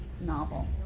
novel